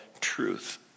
truth